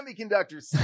semiconductors